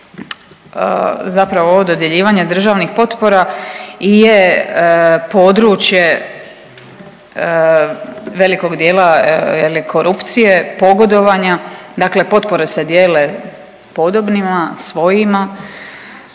Zapravo ovo dodjeljivanje državnih potpora i je područje velikog dijela je li, korupcije, pogodovanja, dakle potpore se dijele podobnima, svojima,